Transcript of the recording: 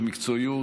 במקצועיות,